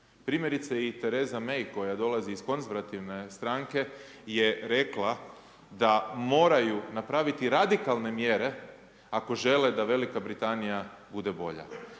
Primjerice i Theresa May koja dolazi iz konzervativne stranke jer rekla da moraju napraviti radikalne mjere ako žele da V. Britanija bude bolja.